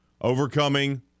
overcoming